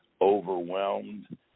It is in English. overwhelmed